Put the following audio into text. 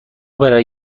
برای